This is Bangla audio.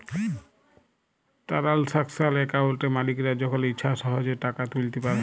টারালসাকশাল একাউলটে মালিকরা যখল ইছা সহজে টাকা তুইলতে পারে